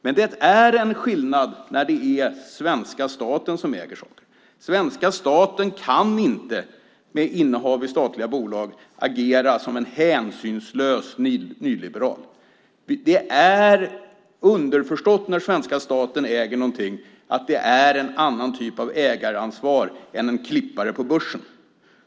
Men det är en skillnad när det är svenska staten som äger saker. Svenska staten kan inte med innehav i statliga bolag agera som en hänsynslös nyliberal. Det är underförstått när svenska staten äger någonting att det är en annan typ av ägaransvar än hos en klippare på börsen.